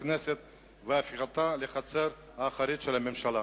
הכנסת ולהפיכתה לחצר האחורית של הממשלה.